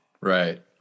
Right